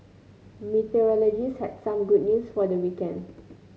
meteorologists had some good news for the weekend